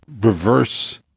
reverse